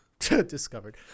discovered